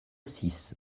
six